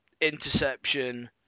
interception